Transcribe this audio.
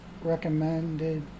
recommended